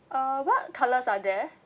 uh what colours are there